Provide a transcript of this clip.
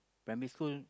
primary school